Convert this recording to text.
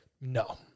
no